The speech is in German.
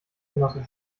genosse